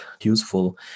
useful